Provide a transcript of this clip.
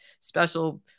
special